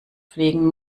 pflegen